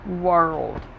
world